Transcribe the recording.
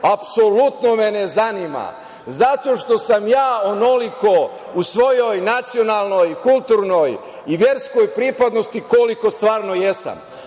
Bošnjak? Apsolutno me ne zanima, zato što sam ja onoliko u svojoj nacionalnoj, kulturnoj i verskoj pripadnosti koliko stvarno jesam.